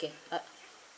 okay ah